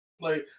play